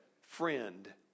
friend